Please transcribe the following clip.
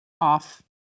off